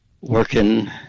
working